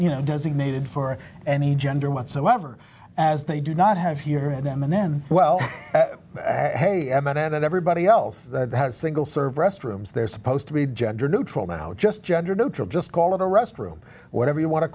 you know designated for any gender whatsoever as they do not have here in m and m well hey emmett and everybody else has single serve restrooms they're supposed to be judged or neutral now just gender neutral just call it a restroom whatever you wan